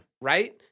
right